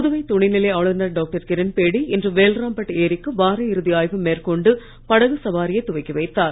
புதுவை துணைநிலை ஆளுநர் டாக்டர் கிரண்பேடி இன்று வேல்ராம்பெட் ஏரிக்கு வார இறுதி ஆய்வு மேற்கொண்டு படகு சவாரியை துவக்கி வைத்தார்